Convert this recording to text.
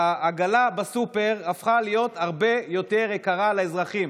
והעגלה בסופר הפכה להיות הרבה יותר יקרה לאזרחים.